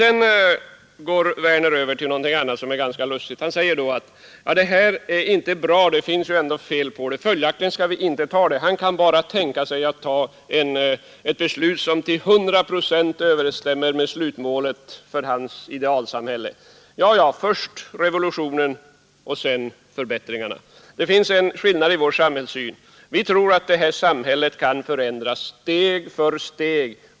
Sedan går herr Werner över till någonting annat som är ganska lustigt. Han säger: Det här är inte bra, det finns fel på det. Följaktligen skall vi inte ta det. Han kan bara tänka sig att ta ett beslut som till hundra procent överensstämmer med slutmålet för hans idealsamhälle. Ja, ja, först revolutionen och sedan förbättringarna. Det finns en skillnad i vår samhällssyn. Vi tror att det här samhället kan förändras steg för steg.